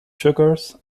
sugars